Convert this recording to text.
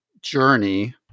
journey